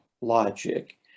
logic